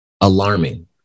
Alarming